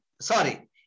sorry